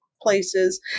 places